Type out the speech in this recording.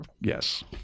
Yes